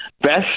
Best